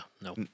No